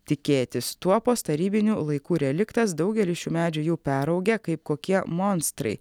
tikėtis tuopos tarybinių laikų reliktas daugelis šių medžių jau peraugę kaip kokie monstrai